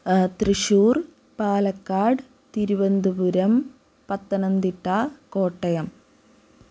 Thrissur Palakkad Thiruvananthapuram Pathanamthitta Kottayam